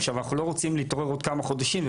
ואנחנו לא רוצים להתעורר בעוד כמה חודשים.